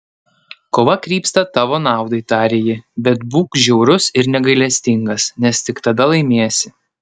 kova krypsta tavo naudai tarė ji bet būk žiaurus ir negailestingas nes tik tada laimėsi